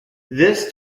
this